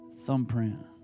thumbprint